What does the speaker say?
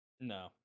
No